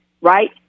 right